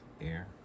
air